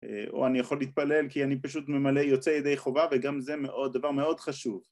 או אני יכול להתפלל כי אני פשוט ממלא יוצא ידי חובה וגם זה מאוד דבר מאוד חשוב.